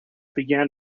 began